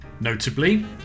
Notably